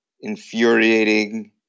infuriating